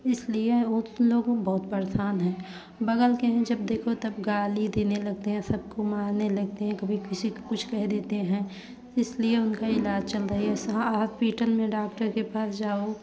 इसलिए उस लोगों बहुत परेशान है बगल के हैं जब देखो तब गाली देने लगते हैं सबको मरने लगते हैं कभी किसी को कुछ कह देते हैं इसलिए उनका इलाज़ चल रहा है हॉस्पिटल में डाक्टर के पास जाओ